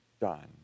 done